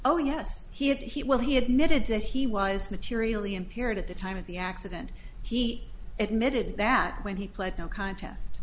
oh yes he had he well he admitted that he was materially impaired at the time of the accident he admitted that when he pled no contest